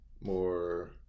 more